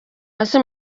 hasi